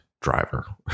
driver